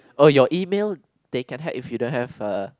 oh your email they can hack if you don't have a